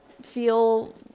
feel